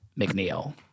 McNeil